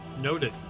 Noted